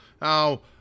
Now